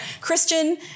Christian